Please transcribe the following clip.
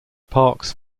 parks